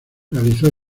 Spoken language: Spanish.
realizó